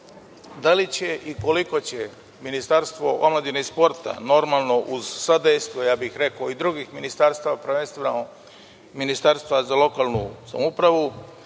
da li će i koliko će Ministarstvo omladine i sporta, uz sadejstvo i drugih ministarstava, prvenstveno Ministarstva za lokalnu samoupravu,